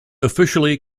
officially